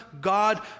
God